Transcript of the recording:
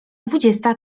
dwudziesta